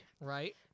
right